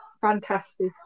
fantastic